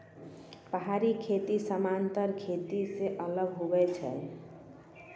पहाड़ी खेती समान्तर खेती से अलग हुवै छै